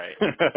Right